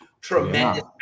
tremendous